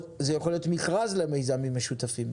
או זה יכול להיות מכרז למיזמים משותפים.